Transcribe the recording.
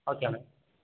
okay ma'am